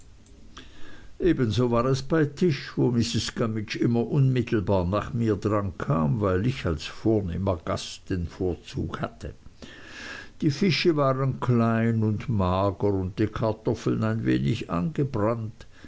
ebenso war es bei tisch wo mrs gummidge immer unmittelbar nach mir dran kam weil ich als vornehmer gast den vorzug hatte die fische waren klein und mager und die kartoffeln ein wenig angebrannt